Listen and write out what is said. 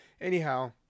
Anyhow